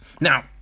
Now